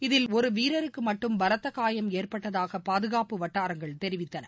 இதில் ஒரு வீரருக்கு மட்டும் பலத்த காயம் ஏற்பட்டதாக பாதுகாப்பு வட்டாரங்கள் தெரிவித்தன